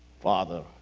Father